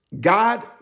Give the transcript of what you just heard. God